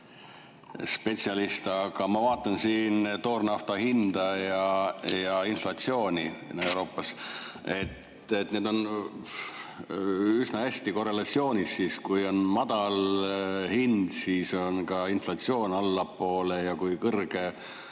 naftaspetsialist, aga ma vaatan siin toornafta hinda ja inflatsiooni Euroopas. Need on üsna hästi korrelatsioonis – kui hind on madal, siis on ka inflatsioon allapoole, ja kui kõrge[,